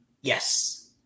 Yes